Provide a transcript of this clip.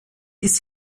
ist